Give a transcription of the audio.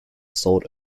sold